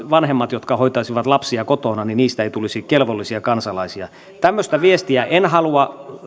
vanhemmat hoitaisivat lapsiaan kotona ei tulisi kelvollisia kansalaisia tämmöistä viestiä en halua